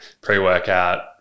pre-workout